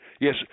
Yes